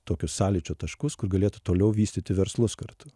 tokius sąlyčio taškus kur galėtų toliau vystyti verslus kartu